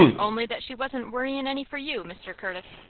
only that she wasn't worryin' any for you, mr. curtis.